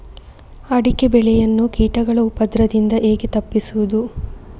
ಅಡಿಕೆ ಬೆಳೆಯನ್ನು ಕೀಟಗಳ ಉಪದ್ರದಿಂದ ಹೇಗೆ ತಪ್ಪಿಸೋದು?